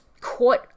caught